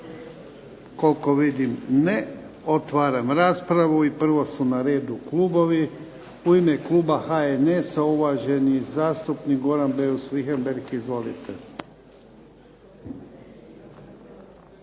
Koliko vidim ne. Otvaram raspravu. I prvo su na redu klubovi. U ime kluba HNS-a uvaženi zastupnik Goran Beus Richembergh. Izvolite.